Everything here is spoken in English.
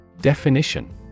Definition